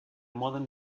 modo